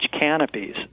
canopies